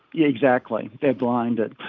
yeah exactly, they are blinded.